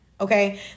Okay